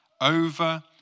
over